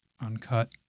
uncut